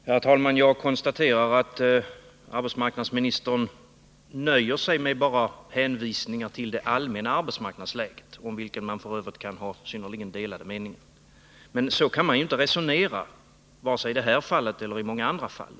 Herr talman! Jag konstaterar att arbetsmarknadsministern nöjer sig med enbart hänvisningar till det allmänna arbetsmarknadsläget, om vilket man f. ö. kan ha synnerligen delade meningar. Men så kan man inte resonera vare sig i detta fall eller i många andra fall.